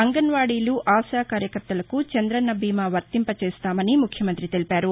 అంగన్వాడీలు ఆశా కార్యకర్తలకు చంద్రన్న బీమా వర్తింపచేస్తామని ముఖ్యమంతి తెలిపారు